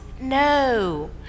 No